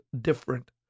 different